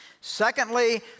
Secondly